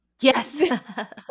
yes